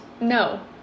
no